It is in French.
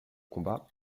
combat